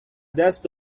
دست